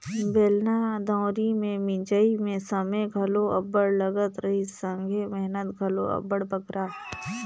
बेलना दउंरी मे मिंजई मे समे घलो अब्बड़ लगत रहिस संघे मेहनत घलो अब्बड़ बगरा